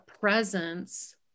presence